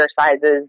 exercises